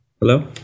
Hello